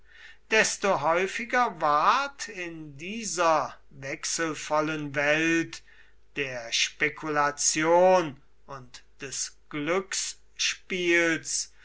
desto häufiger ward in dieser wechselvollen welt der spekulation und des